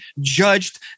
judged